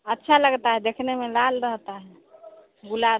अच्छा लगता है देखने में लाल रहता है गुलाबी